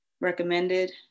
recommended